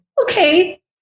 okay